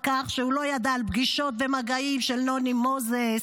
כך שהוא לא ידע על פגישות ומגעים של נוני מוזס,